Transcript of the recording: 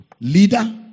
Leader